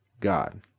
God